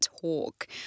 talk